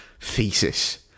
thesis